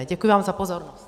Děkuji vám za pozornost.